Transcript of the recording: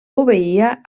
obeïa